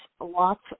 lots